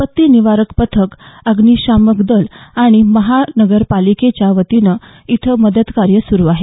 आपत्ती निवारण पथक अग्निशामक दल आणि महानगर पालिकेच्या वतीनं इथं मदत कार्य सुरू आहे